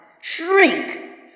Shrink